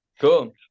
cool